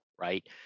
right